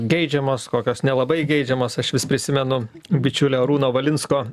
geidžiamos kokios nelabai geidžiamos aš vis prisimenu bičiulio arūno valinsko